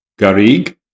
garig